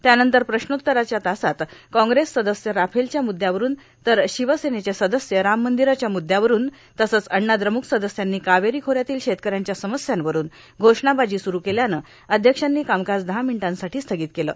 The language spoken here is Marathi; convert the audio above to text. त्यानंतर प्रश्नोत्तराच्या तासात काँग्रेस सदस्य राफेलच्या मुद्यावरून तर शिवसेनेचे सदस्य राम मंदिराच्या मुद्यावरून तसंच अण्णाद्रम्क सदस्यांनी कावेरी खोऱ्यातील शेतकऱ्यांच्या समस्यांवरून घोषणाबाजी स्रू केल्यानं अध्यक्षांनी कामकाज दहा मिनिटांसाठी स्थगित केलं